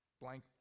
blank